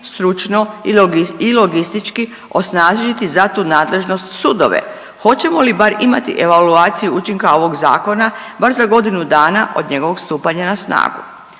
stručno i logistički osnažiti za tu nadležnost sudove. Hoćemo li bar imati evaluaciju učinka ovog zakona bar za godinu dana od njegovog stupanja na snagu.